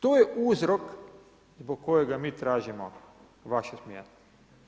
To je uzrok zbog kojega mi tražimo vaše smjene.